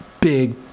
big